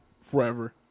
forever